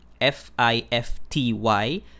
F-I-F-T-Y